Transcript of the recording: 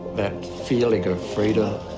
that feeling of freedom.